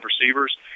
receivers